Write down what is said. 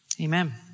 Amen